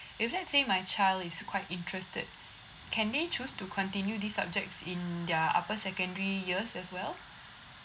if let's say my child is quite interested can they choose to continue these subjects in their upper secondary years as well